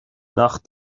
nach